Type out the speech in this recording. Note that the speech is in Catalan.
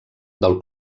del